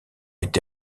été